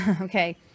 Okay